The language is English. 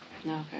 Okay